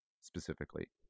specifically